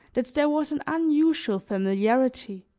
that there was an unusual familiarity.